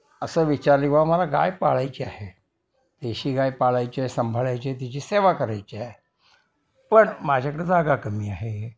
असं विचारले बा मला गाय पाळायची आहे देशी गाय पाळायची आहे सांभाळायची आहे तिची सेवा करायची आहे पण माझ्याकडे जागा कमी आहे